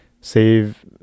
save